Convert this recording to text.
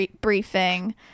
briefing